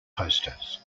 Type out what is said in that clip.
posters